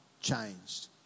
changed